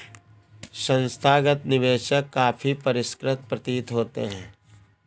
संस्थागत निवेशक काफी परिष्कृत प्रतीत होते हैं